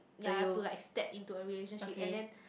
ya to like step into a relationship and then